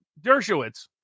Dershowitz